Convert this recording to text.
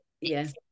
yes